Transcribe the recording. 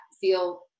feel